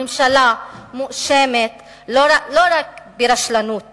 הממשלה מואשמת לא רק ברשלנות